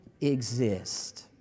exist